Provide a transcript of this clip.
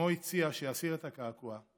אימו הציעה שיסיר את הקעקוע,